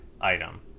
item